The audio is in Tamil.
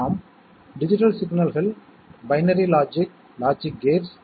மேலும் இந்த சேர்க்கைகளை எந்த வகையில் லாஜிக்ரீ தியாக வெளிப்படுத்த முடியும்